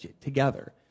together